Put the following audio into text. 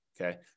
Okay